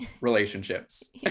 relationships